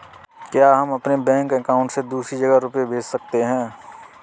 क्या हम अपने बैंक अकाउंट से दूसरी जगह रुपये भेज सकते हैं?